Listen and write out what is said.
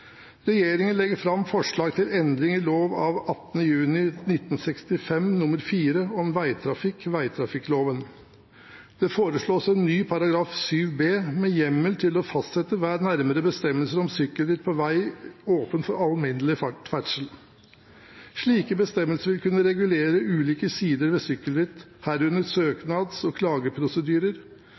Regjeringen legger fram forslag til endringer i lov av 18. juni 1965 nr. 4 om vegtrafikk, vegtrafikkloven. Det foreslås en ny § 7 b med hjemmel til å fastsette nærmere bestemmelser om sykkelritt på veg som er åpen for alminnelig ferdsel. Slike bestemmelser vil kunne regulere ulike sider ved sykkelritt, herunder søknads- og klageprosedyrer,